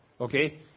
Okay